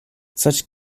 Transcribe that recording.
such